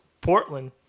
Portland